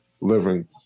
living